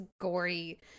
gory